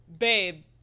Babe